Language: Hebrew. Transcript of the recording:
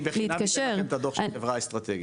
אני בחינם אתן לכם את הדוח של החברה האסטרטגית,